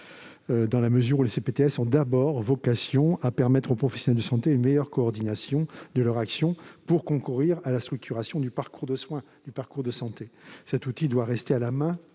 dans la mesure où ces communautés ont d'abord vocation à permettre aux professionnels de santé une meilleure coordination de leur action pour concourir à la structuration du parcours de soins et du parcours de santé. Cet outil doit rester à la main